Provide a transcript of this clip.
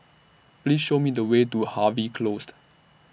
Please Show Me The Way to Harvey Closed